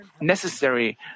necessary